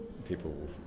People